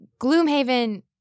Gloomhaven